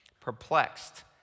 perplexed